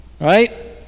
Right